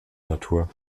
natur